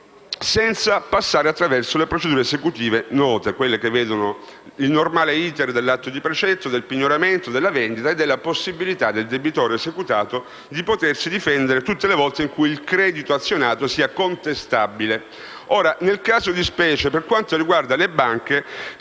senza passare attraverso le procedure esecutive note, quelle che vedono il normale *iter* dell'atto di precetto, del pignoramento, della vendita e della possibilità del debitore esecutato di potersi difendere tutte le volte in cui il credito azionato sia contestabile. Nel caso di specie, per quanto riguarda le banche,